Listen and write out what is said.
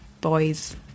boys